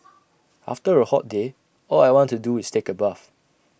after A hot day all I want to do is take A bath